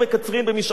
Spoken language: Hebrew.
במשעול-נמרון.